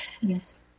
Yes